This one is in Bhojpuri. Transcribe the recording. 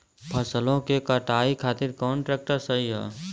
फसलों के कटाई खातिर कौन ट्रैक्टर सही ह?